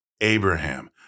Abraham